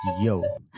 yo